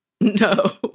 No